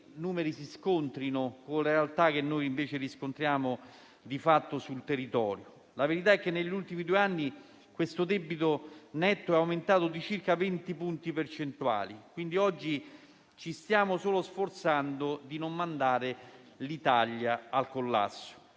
numeri si scontrino con una diversa realtà che riscontriamo sul territorio. La verità è che negli ultimi due anni il debito netto è aumentato di circa 20 punti percentuali e oggi ci stiamo solo sforzando di non mandare l'Italia al collasso.